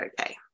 okay